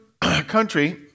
country